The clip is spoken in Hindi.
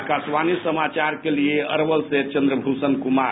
आकाशवाणीसमाचार के लिए अरवल से चंद्र भुषण कुमार